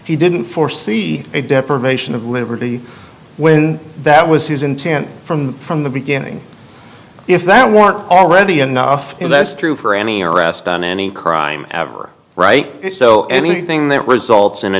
he didn't foresee a deprivation of liberty when that was his intent from from the beginning if that weren't already enough and that's true for any arrest on any crime ever right so anything that results in a